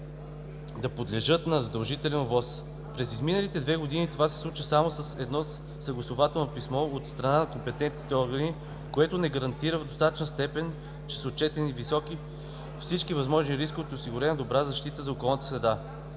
да подлежат на задължителна ОВОС. През изминалите две години това се е случвало само с едно съгласувателно писмо от страна на компетентния орган, което не гарантира в достатъчна степен, че са отчетени всички възможни рискове и е осигурена добра защита на околната среда.